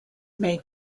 may